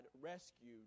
rescued